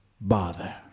bother